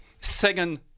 Second